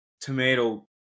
tomato